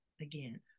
again